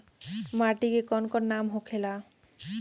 माटी के कौन कौन नाम होखेला?